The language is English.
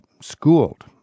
schooled